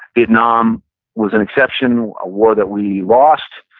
vietnam was an exception, a war that we lost.